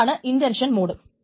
അതാണ് intention mode